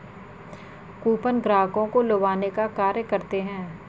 coupon ग्राहकों को लुभाने का कार्य करते हैं